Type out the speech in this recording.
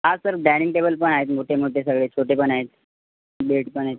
हां sir dining table पण आहेत मोठे मोठे सगळे छोटे पण आहेत बेड पण आहेत